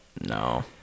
no